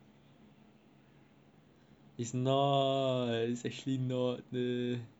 it's not it's a shit not eh